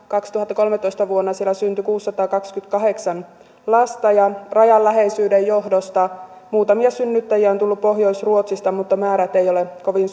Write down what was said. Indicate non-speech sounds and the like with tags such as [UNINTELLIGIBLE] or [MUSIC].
vuonna kaksituhattakolmetoista siellä syntyi kuusisataakaksikymmentäkahdeksan lasta ja rajan läheisyyden johdosta muutamia synnyttäjiä on tullut pohjois ruotsista mutta määrät eivät ole kovin [UNINTELLIGIBLE]